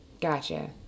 Gotcha